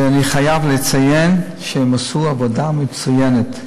ואני חייב לציין שהם עשו עבודה מצוינת,